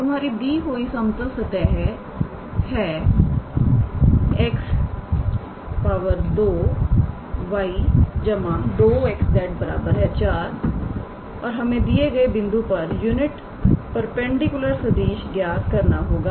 तो हमारी दी हुई समतल सतह है 𝑥 2𝑦 2𝑥𝑧 4 और हमें दिए गए बिंदु पर यूनिट परपेंडिकुलर सदिशज्ञात करना होगा